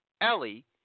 Ellie